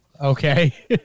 Okay